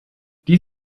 die